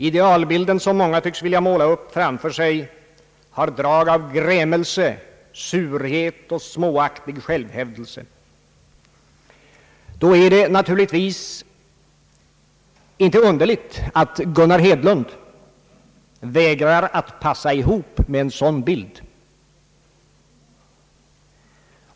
Idealbilden som många tycks vilja måla upp framför sig har drag av grämelse, surhet och småaktig självhävdelse. Då är det naturligtvis inte underligt att Gunnar Hedlund vägrar att passa ihop med en sådan bild.